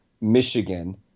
Michigan